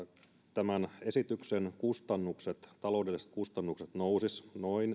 tämän esityksen taloudelliset kustannukset nousisivat